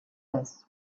this